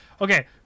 okay